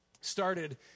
started